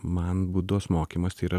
man budos mokymas tai yra